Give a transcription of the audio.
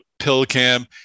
PillCam